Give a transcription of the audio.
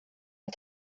jag